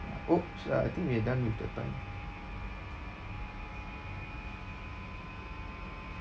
!oops! uh I think we are done with the time